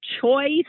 choice